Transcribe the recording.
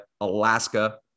Alaska